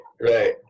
right